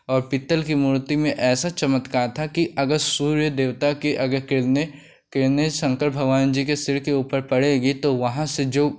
और पीतल की मूर्ति में ऐसा चमत्कार था कि अगर सूर्य देवता की अगर किरणें किरणें शंकर भगवान जी के सिर के ऊपर पड़ेंगी तो वहाँ से जो